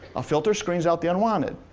a filter screens out the unwanted.